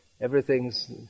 everything's